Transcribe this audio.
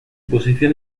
posición